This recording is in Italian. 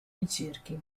ricerche